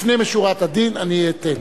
לפנים משורת הדין אני אתן.